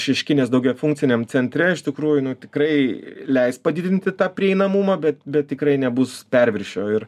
šeškinės daugiafunkciniam centre iš tikrųjų nu tikrai leis padidinti tą prieinamumą bet bet tikrai nebus perviršio ir